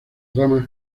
ramas